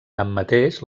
tanmateix